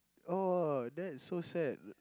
!wah! that's so sad